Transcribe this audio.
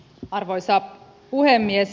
arvoisa puhemies